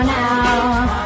now